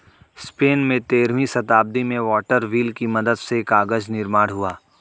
Spain में तेरहवीं शताब्दी में वाटर व्हील की मदद से कागज निर्माण हुआ